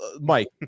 Mike